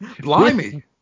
blimey